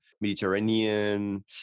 Mediterranean